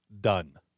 done